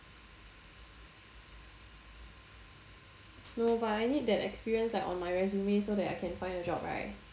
no but I need that experience like on my resume so that I can find a job right